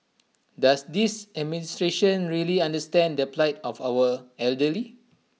does this administration really understand the plight of our elderly